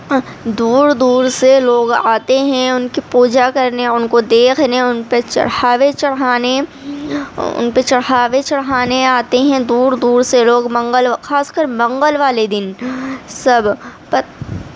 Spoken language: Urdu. دور دور سے لوگ آتے ہیں ان کی پوجا کرنے ان کو دیکھنے ان پہ چڑھاوے چڑھانے ان پہ چڑھاوے چڑھانے آتے ہیں دور دور سے لوگ منگلوا خاص کر منگل والے دن سب